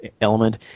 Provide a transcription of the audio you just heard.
element